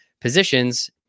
positions